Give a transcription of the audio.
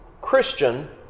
Christian